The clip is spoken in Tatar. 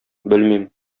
белмим